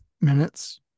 minutes